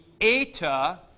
eta